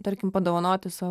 tarkim padovanoti savo